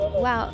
Wow